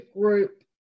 group